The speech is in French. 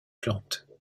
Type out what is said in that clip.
plantes